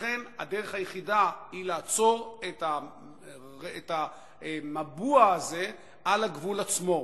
לכן הדרך היחידה היא לעצור את המבוע הזה על הגבול עצמו.